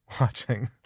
watching